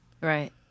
Right